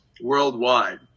worldwide